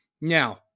Now